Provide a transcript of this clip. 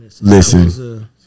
listen